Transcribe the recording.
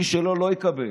מי שלא, לא יקבל.